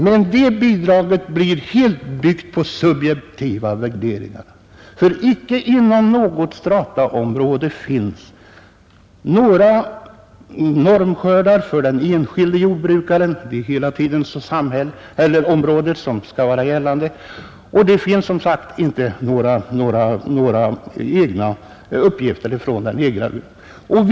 Men det bidraget blir helt byggt på subjektiva värderingar. Icke inom något strataområde finns några normskördar för den enskilde jordbrukaren. Det är hela tiden området som skall vara gällande. Som sagt finns det inte heller några uppgifter från den egna gården.